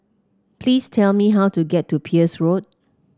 please tell me how to get to Peirce Road